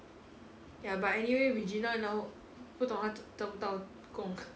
ya but anyway regina now 不懂她找找不到工